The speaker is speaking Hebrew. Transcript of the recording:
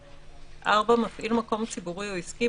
ו-(ב); (9) מפעיל מקום ציבורי או עסקי,